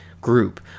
group